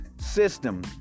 system